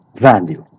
value